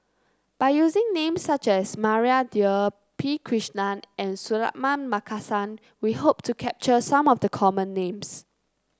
by using names such as Maria Dyer P Krishnan and Suratman Markasan we hope to capture some of the common names